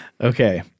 Okay